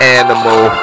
animal